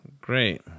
Great